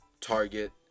Target